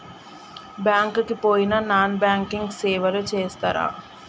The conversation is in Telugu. బ్యాంక్ కి పోయిన నాన్ బ్యాంకింగ్ సేవలు చేస్తరా?